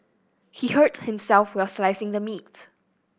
he hurt himself while slicing the meat